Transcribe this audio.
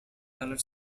ballad